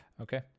Okay